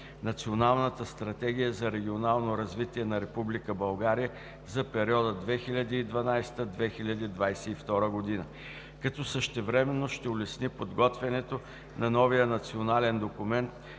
Националната стратегия за регионално развитие на Република България за периода 2012 – 2022 г., като същевременно ще улеснят подготвянето на новия национален документ